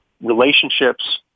relationships